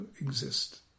exist